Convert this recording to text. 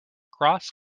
cross